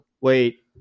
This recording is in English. Wait